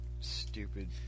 stupid